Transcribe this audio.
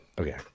Okay